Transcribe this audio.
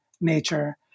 nature